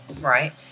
Right